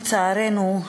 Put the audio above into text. לצערנו,